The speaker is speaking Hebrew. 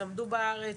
למדו בארץ,